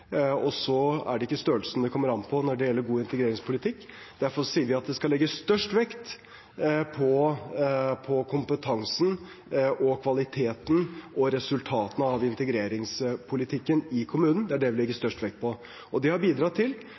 innvandrere. Så er det ikke størrelsen det kommer an på når det gjelder god integreringspolitikk. Derfor sier vi at det skal legges størst vekt på kompetansen og kvaliteten og resultatene av integreringspolitikken i kommunen. Det er det vi legger størst vekt på, og det har bidratt til